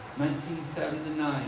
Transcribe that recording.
1979